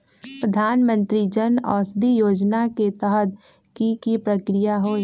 प्रधानमंत्री जन औषधि योजना के तहत की की प्रक्रिया होई?